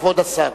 כבוד השר.